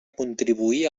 contribuir